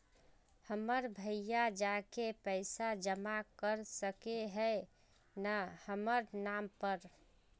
हमर भैया जाके पैसा जमा कर सके है न हमर नाम पर?